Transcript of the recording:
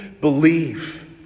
believe